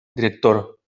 director